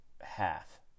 half